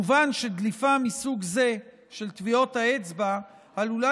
מובן שדליפה מסוג זה של טביעות אצבע עלולה